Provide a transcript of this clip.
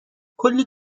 کلی